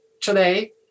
today